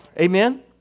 Amen